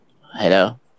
Hello